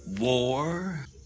war